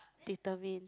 determine